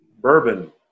bourbon